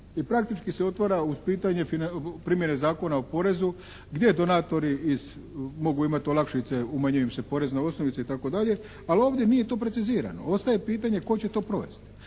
i praktički se otvara uz pitanje primjene Zakona o porezu gdje donatori mogu imati olakšice, umanjuju im se porezne osnovice, ali ovdje nije to precizirano. Ostaje pitanje tko će to provesti.